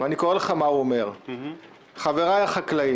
אני קורא לך מה הוא אומר: "חבריי החקלאים,